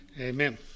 Amen